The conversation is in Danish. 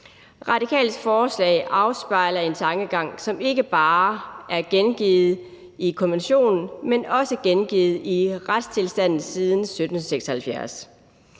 Radikales forslag afspejler en tankegang, som ikke bare er afspejlet i konventionen, men også er afspejlet i retstilstanden siden 1776.